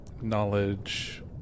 knowledge